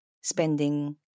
spending